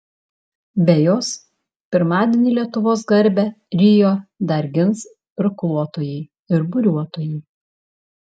be jos pirmadienį lietuvos garbę rio dar gins irkluotojai ir buriuotojai